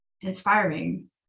inspiring